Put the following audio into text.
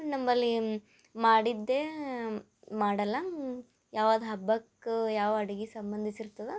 ನಮ್ಮಲ್ಲಿ ಮಾಡಿದ್ದೇ ಮಾಡಲ್ಲ ಯಾವುದ್ ಹಬ್ಬಕ್ಕೆ ಯಾವ ಅಡ್ಗೆ ಸಂಬಂಧಿಸಿರ್ತದೆ